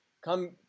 come